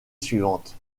suivante